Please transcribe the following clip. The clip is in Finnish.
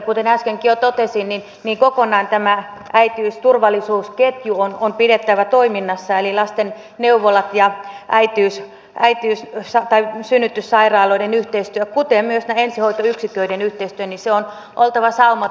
kuten äskenkin jo totesin niin kokonaan tämä äitiysturvallisuusketju on pidettävä toiminnassa eli lastenneuvoloiden ja synnytyssairaaloiden yhteistyön kuten myös näiden ensihoitoyksiköiden yhteistyön on oltava saumatonta